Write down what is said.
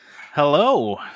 hello